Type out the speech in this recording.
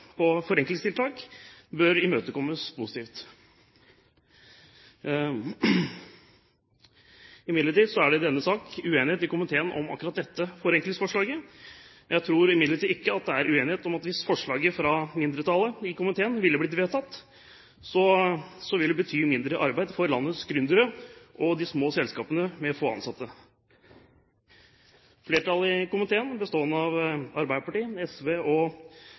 på forenklingstiltak bør imøtekommes positivt. Imidlertid er det i denne sak uenighet i komiteen om akkurat dette forenklingsforslaget. Jeg tror imidlertid ikke at det er uenighet om at hvis forslaget fra mindretallet i komiteen ville blitt vedtatt, så ville det bety mindre arbeid for landets gründere og de små selskapene med få ansatte. Flertallet i komiteen, bestående av Arbeiderpartiet, SV og